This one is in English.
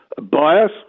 bias